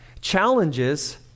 challenges